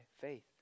faith